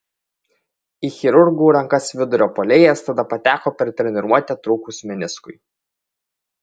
į chirurgų rankas vidurio puolėjas tada pateko per treniruotę trūkus meniskui